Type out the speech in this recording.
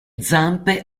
zampe